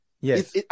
Yes